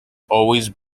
always